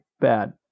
Bad